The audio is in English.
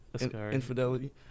infidelity